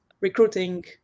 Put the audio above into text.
recruiting